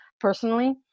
personally